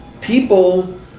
people